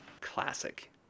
Classic